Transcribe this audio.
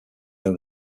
over